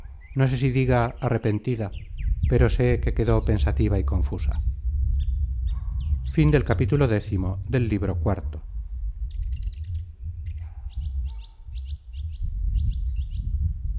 no sé si diga arrepentida pero sé que quedó pensativa y confusa